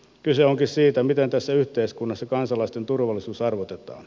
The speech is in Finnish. kyse onkin siitä miten tässä yhteiskunnassa kansalaisten turvallisuus arvotetaan